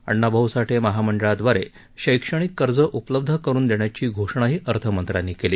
अण्णाभाऊ साठे महामंडळाद्वारे शैक्षणिक कर्ज उपलब्ध करून देण्याची घोषणाही अर्थमंत्र्यांनी केली